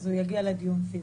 אז הוא יגיע לדיון פיזית.